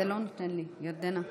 התשפ"ב 2022,